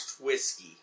Whiskey